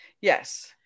Yes